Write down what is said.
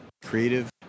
Creative